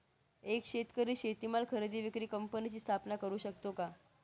एक शेतकरी शेतीमाल खरेदी विक्री कंपनीची स्थापना करु शकतो का?